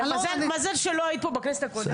מזל שלא היית פה בכנסת הקודמת.